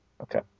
Okay